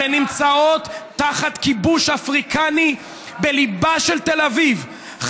שנמצאות תחת כיבוש אפריקני בליבה של תל אביב,